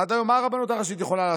עד היום, מה הרבנות הראשית יכולה לעשות?